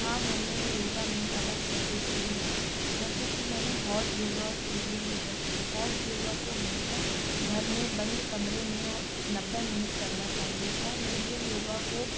हाँ मैंने योगा में अलग शैली की है जैसे कि मैंने हॉट योगा एरियल योगा किया हॉट योगा को हमेशा घर में बंद कमरे में और नब्बे मिनट करना चाहिए और एरियल योगा को